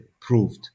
proved